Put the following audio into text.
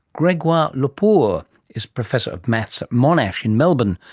gregoire loeper is professor of maths at monash in melbourne,